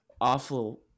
awful